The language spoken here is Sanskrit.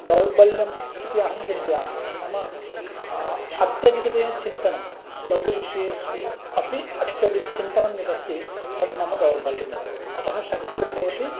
दौर्बल्यम् इति अहं चिन्तयामि नाम अत्यधिकतया चिन्तनं लघुविषयेषु अपि अत्यधिकचिन्तनं यद् अस्ति तद् मम दौर्बल्यम् इति अतः शक्तिर्भवति